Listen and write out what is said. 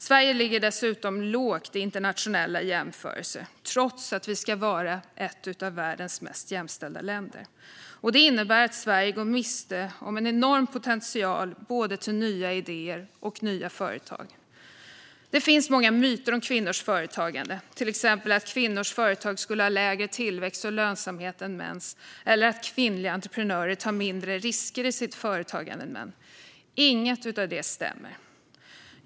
Sverige ligger dessutom lågt i internationella jämförelser, trots att vi ska vara ett av världens mest jämställda länder. Detta innebär att Sverige går miste om en enorm potential vad gäller både nya idéer och nya företag. Det finns många myter om kvinnors företagande, till exempel att kvinnors företag skulle ha lägre tillväxt och lönsamhet än mäns eller att kvinnliga entreprenörer tar mindre risker i sitt företagande än män. Inget av detta stämmer.